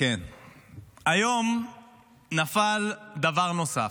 היום נפל דבר נוסף,